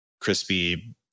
crispy